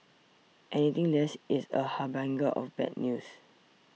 anything less is a harbinger of bad news